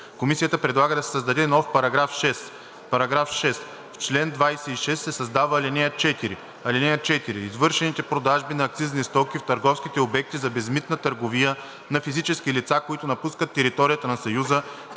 Комисията предлага да се създаде нов § 6: § 6. В чл. 26 се създава ал. 4: „(4) Извършените продажби на акцизни стоки в търговските обекти за безмитна търговия на физически лица, които напускат територията на Съюза,